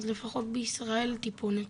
אז לפחות בישראל טיפונת,